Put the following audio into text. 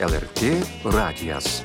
lrt radijas